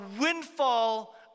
windfall